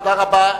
תודה רבה.